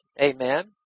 amen